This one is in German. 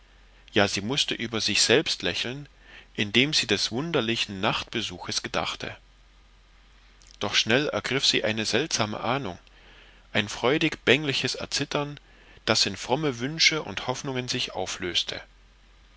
ja sie mußte über sich selbst lächeln indem sie des wunderlichen nachtbesuches gedachte doch schnell ergriff sie eine seltsame ahnung ein freudig bängliches erzittern das in fromme wünsche und hoffnungen sich auflöste